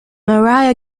maria